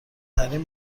ترین